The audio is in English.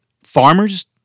farmers